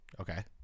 Okay